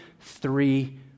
Three